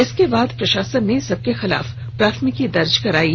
जिसके बाद प्रशासन ने सब के खिलाफ प्राथमिकी दर्ज करायी